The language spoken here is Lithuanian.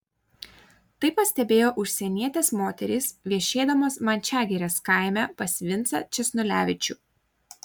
tai pastebėjo užsienietės moterys viešėdamos mančiagirės kaime pas vincą česnulevičių